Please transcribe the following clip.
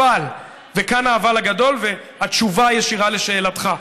אבל, וכאן האבל הגדול והתשובה הישירה על שאלתך,